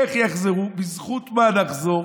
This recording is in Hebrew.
איך יחזרו, בזכות מה נחזור